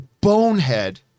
bonehead